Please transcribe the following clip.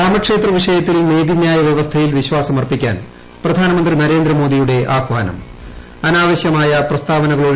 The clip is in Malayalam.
രാമക്ഷേത്ര വിഷയത്തിൽ നീതിന്യായ വൃവസ്ഥയിൽ വിശ്വാസമർപ്പിക്കാൻ പ്രധാനമന്ത്രി നരേന്ദ്രമോദിയുടെ അനാവശ്യമായ പ്രസ്താവനകൾ ആഹിാനം